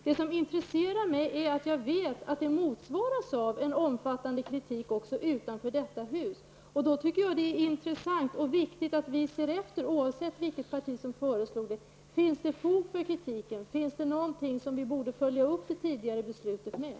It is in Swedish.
Det som intresserar mig är att jag vet att det också motsvaras av en omfattande kritik utanför detta hus. Då tycker jag att det är intressant och viktigt -- oavsett vilket parti som föreslår det -- att vi ser efter om det finns fog för kritiken och om det finns något som vi borde följa upp det tidigare beslutet med.